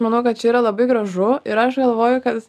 manau kad čia yra labai gražu ir aš galvoju kad